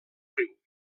riu